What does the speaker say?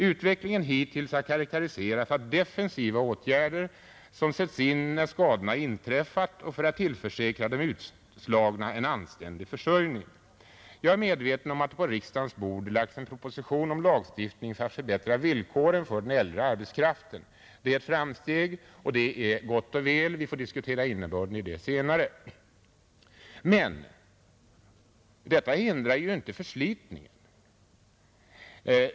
Utvecklingen hittills har karakteriserats av defensiva åtgärder, som sätts in när skadorna inträffat och för att tillförsäkra de utslagna en anständig försörjning. Jag är medveten om att på riksdagens bord lagts en proposition om lagstiftning för att förbättra villkoren för den äldre arbetskraften. Det är ett framsteg, och det är gott och väl. Vi får diskutera innebörden av det senare. Men: detta hindrar ju inte förslitningen.